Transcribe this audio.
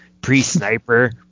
pre-Sniper